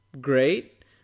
great